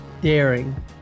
daring